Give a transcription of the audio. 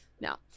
No